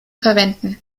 verwenden